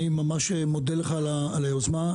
אני ממש מודה לך על היוזמה,